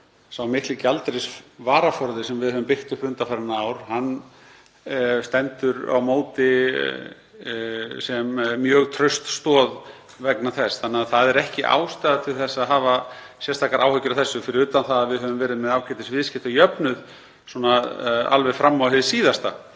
sá mikli gjaldeyrisvaraforði sem við höfum byggt upp undanfarin ár stendur á móti sem mjög traust stoð vegna þess. Það er því ekki ástæða til að hafa sérstakar áhyggjur af þessu, fyrir utan það að við höfum verið með ágætisviðskiptajöfnuð alveg fram á hið síðasta.